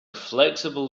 flexible